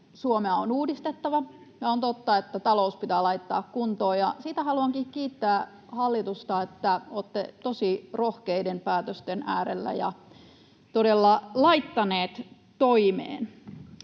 Suomea on uudistettava, ja on totta, että talous pitää laittaa kuntoon. Siitä haluankin kiittää hallitusta, että olette tosi rohkeiden päätösten äärellä ja todella laittaneet toimeen.